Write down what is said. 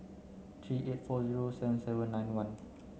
three eight four zero seven seven nine one